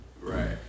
Right